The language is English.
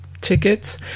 tickets